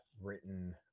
written